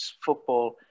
football